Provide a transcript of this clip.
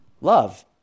love